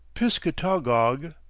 piscatagoug,